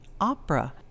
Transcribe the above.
opera